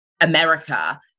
America